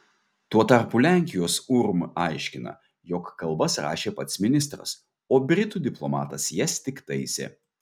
tuo tarpu lenkijos urm aiškina jog kalbas rašė pat ministras o britų diplomatas jas tik taisė